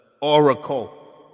oracle